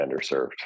underserved